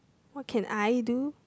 what can I do